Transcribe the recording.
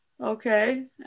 Okay